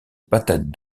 patates